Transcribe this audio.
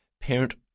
parent